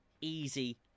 easy